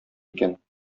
икән